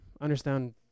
understand